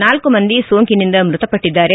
ನಾಲ್ಲು ಮಂದಿ ಸೋಂಕಿನಿಂದ ಮೃತಪಟ್ಟದ್ದಾರೆ